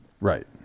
Right